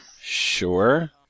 Sure